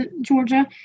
Georgia